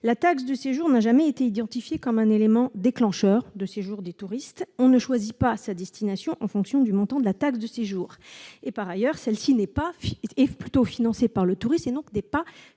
la taxe de séjour n'a jamais été identifiée comme un élément déclencheur de séjour des touristes : on ne choisit pas sa destination en fonction du montant de la taxe de séjour. Par ailleurs, celle-ci est financée par le touriste et non par